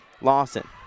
Lawson